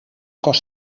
cos